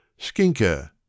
Skinker